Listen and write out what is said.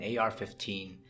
AR-15